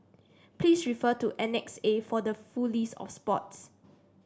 please refer to Annex A for the full list of sports